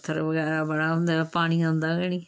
पत्थर बगैरा बड़ा होंदा ऐ पानी औंदा गै निं